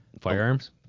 firearms